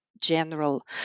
General